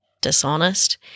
dishonest